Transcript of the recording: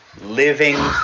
living